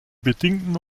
bedingten